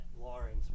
Lawrence